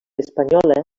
espanyola